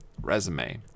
resume